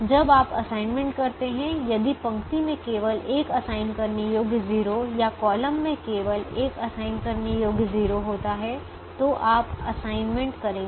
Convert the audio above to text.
जब आप असाइनमेंट करते हैं यदि पंक्ति में केवल एक असाइन करने योग्य 0 या कॉलम में केवल एक असाइन करने योग्य 0 होता है तो आप असाइनमेंट करेंगे